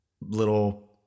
little